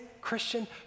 Christian